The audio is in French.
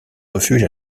refuge